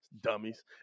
dummies